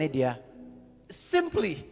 Simply